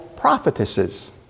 prophetesses